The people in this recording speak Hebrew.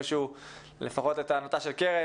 שלפחות לטענתה של קרן,